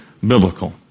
biblical